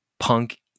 punk